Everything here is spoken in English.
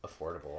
affordable